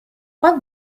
but